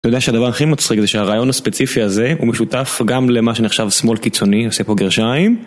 אתה יודע שהדבר הכי מצחיק זה שהרעיון הספציפי הזה הוא משותף גם למה שנחשב שמאל קיצוני עושה פה גרשיים